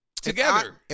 Together